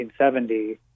1970